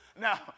Now